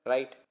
Right